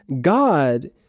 God